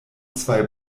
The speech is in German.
zwei